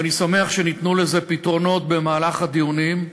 ואני שמח שניתנו לזה פתרונות במהלך הדיונים.